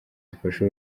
zifasha